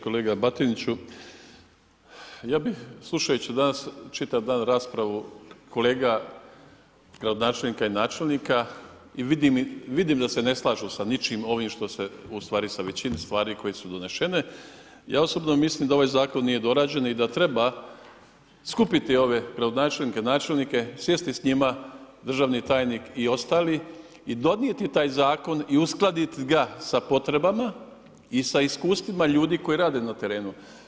Kolega Batiniću, slušajući danas čitav dan raspravu kolega gradonačelnika i načelnika i vidim da se ne slažu sa ničim ovim što se ustvari sa većinom stvari koje su donesene, ja osobno mislim da ovaj zakon nije dorađen i da treba skupiti ove gradonačelnike, načelnike, sjesti s njima državni tajnik i ostali i donijeti taj zakon i uskladiti ga sa potrebama i sa iskustvima ljudi koji rade na terenu.